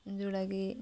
ଯେଉଁଟାକି